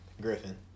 Griffin